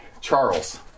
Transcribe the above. Charles